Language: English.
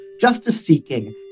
justice-seeking